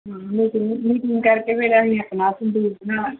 ਹਾਂ meeting meeting ਕਰਕੇ ਮੇਰਾ